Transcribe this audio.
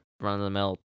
run-of-the-mill